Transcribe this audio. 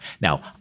Now